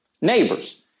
neighbors